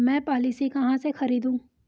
मैं पॉलिसी कहाँ से खरीदूं?